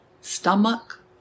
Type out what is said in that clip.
stomach